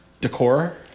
decor